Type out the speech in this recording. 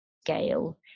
scale